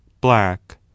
black